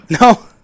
No